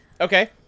okay